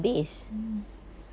yes